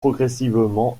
progressivement